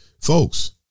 Folks